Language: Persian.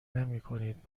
نمیکنید